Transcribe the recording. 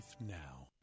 now